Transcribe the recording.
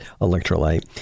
electrolyte